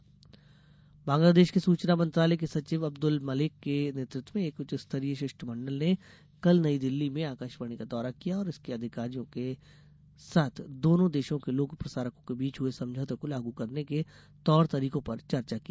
बांग्लादेश आकाशवाणी बांग्लादेश के सूचना मंत्रालय के सचिव अब्दुल मलेक के नेतृत्व में एक उच्चस्तरीय शिष्टमंडल ने कल नई दिल्ली में आकाशवाणी का दौरा किया और इसके अधिकारियों के साथ दोनों देशों के लोक प्रसारकों के बीच हुए समझौते को लागू करने के तौर तरीकों पर चर्चा की